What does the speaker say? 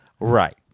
Right